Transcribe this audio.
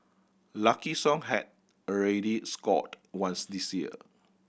Lucky Song had already scored once this year